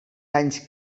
anys